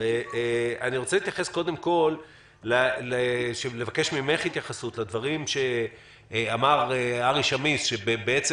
רוצה לבקש ממך התייחסות למה שאמר ארי שמיס שבעצם